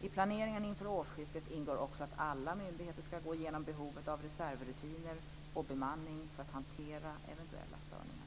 I planeringen inför årsskiftet ingår också att alla myndigheter skall gå igenom behovet av reservrutiner och bemanning för att hantera eventuella störningar.